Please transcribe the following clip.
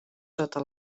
sota